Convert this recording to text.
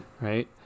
right